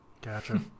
Gotcha